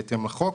בהתאם לחוק.